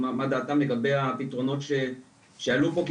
מה דעתם לגבי הפתרונות שעלו פה,